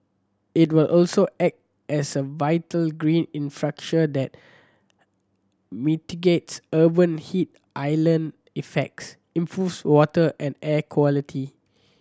it will also act as a vital green infrastructure that mitigates urban heat island effects improves water and air quality